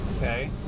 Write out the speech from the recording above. Okay